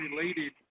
related